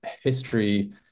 history